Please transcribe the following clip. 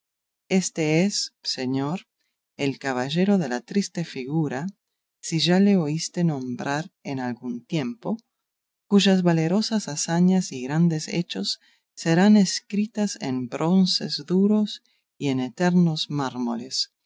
éste es señor el caballero de la triste figura si ya le oístes nombrar en algún tiempo cuyas valerosas hazañas y grandes hechos serán escritas en bronces duros y en eternos mármoles